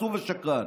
חצוף ושקרן.